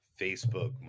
Facebook